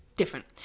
different